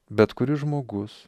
bet kuris žmogus